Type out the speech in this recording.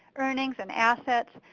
earnings, and assets,